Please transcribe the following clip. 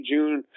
June